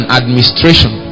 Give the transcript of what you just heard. administration